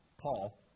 Paul